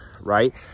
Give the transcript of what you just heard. right